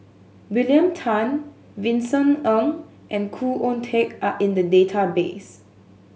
William Tan Vincent Ng and Khoo Oon Teik are in the database